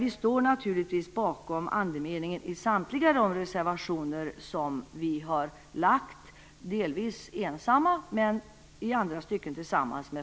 Vi står naturligtvis bakom andemeningen i samtliga de reservationer som vi lagt, delvis ensamma, i andra stycken tillsammans med